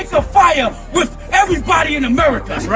ah fire with everybody in america!